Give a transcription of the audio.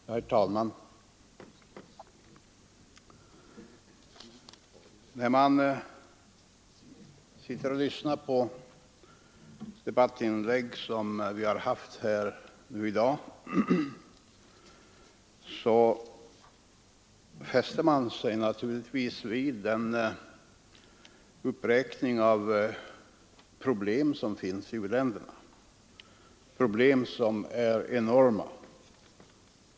Herr talman! När man sitter och lyssnar till inläggen i denna debatt fäster man sig naturligtvis vid uppräkningen av de problem som u-länderna har, problem som är enorma.